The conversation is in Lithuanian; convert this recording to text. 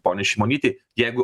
poniai šimonytei jeigu